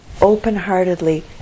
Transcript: open-heartedly